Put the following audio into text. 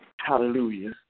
hallelujah